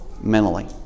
mentally